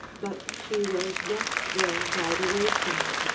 but she was left there by the wayside,